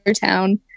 town